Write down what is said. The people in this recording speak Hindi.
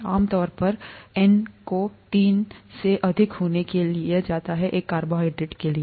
और आमतौर पर n को तीन से अधिक होने के लिए लिया जाता है एक कार्बोहाइड्रेट के लिए